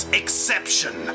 exception